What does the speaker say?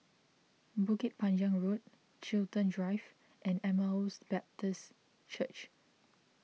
Bukit Panjang Road Chiltern Drive and Emmaus Baptist Church